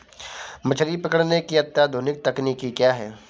मछली पकड़ने की अत्याधुनिक तकनीकी क्या है?